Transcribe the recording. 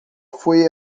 foi